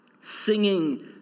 singing